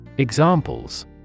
Examples